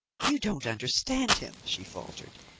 you don't understand him, she faltered.